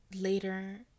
later